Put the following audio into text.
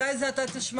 אולי זה אתה תשמע,